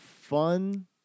fun